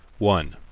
one.